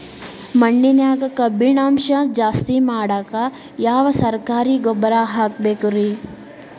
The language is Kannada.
ಮಣ್ಣಿನ್ಯಾಗ ಕಬ್ಬಿಣಾಂಶ ಜಾಸ್ತಿ ಮಾಡಾಕ ಯಾವ ಸರಕಾರಿ ಗೊಬ್ಬರ ಹಾಕಬೇಕು ರಿ?